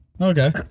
Okay